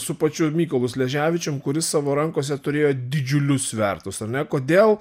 su pačiu mykolu sleževičium kuris savo rankose turėjo didžiulius svertus ar ne kodėl